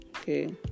okay